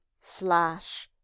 slash